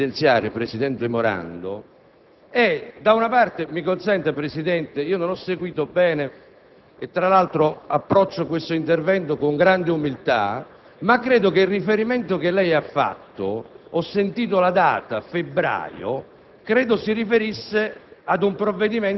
un'unica sottolineatura che vorrei evidenziare, presidente Morando. Signor Presidente, non ho seguito bene e tra l'altro approccio questo intervento con grande umiltà, ma credo che il riferimento che lei ha fatto (ho sentito che la data si